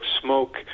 smoke